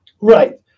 Right